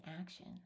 action